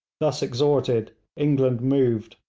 thus exhorted england moved,